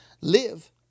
live